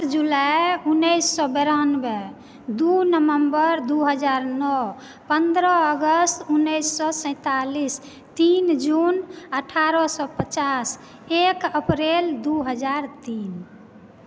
जुलाई उन्नैस सए बेरानवे दू नवम्बर दू हजार नओ पन्द्रह अगस्त उन्नैस सए सैंतालीस तीन जून अठारह सए पचास एक अप्रैल दू हजार तीन